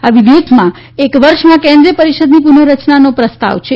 આ વિધેયક એક વર્ષમાં કેન્દ્રીય પરિષદની પુનઃરચનાનો પ્રસ્તાવ છે